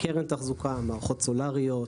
קרן תחזוקה, מערכות סולאריות,